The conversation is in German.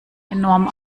enorm